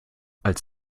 als